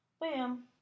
Bam